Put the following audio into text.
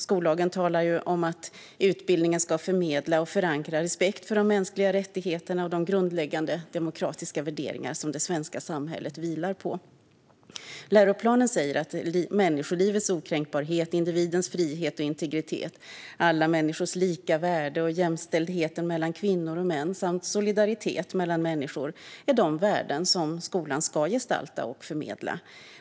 Skollagen talar ju om att utbildningen ska förmedla och förankra respekt för de mänskliga rättigheterna och de grundläggande demokratiska värderingar som det svenska samhället vilar på. Läroplanen säger att "människolivets okränkbarhet, individens frihet och integritet, alla människors lika värde, jämställdhet mellan kvinnor och män samt solidaritet mellan människor är de värden som skolan ska gestalta och förmedla.